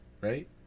right